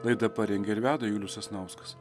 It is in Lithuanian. laidą parengė ir veda julius sasnauskas